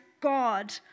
God